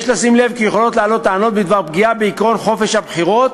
יש לשים לב כי יכולות לעלות טענות בדבר פגיעה בעקרון חופש הבחירות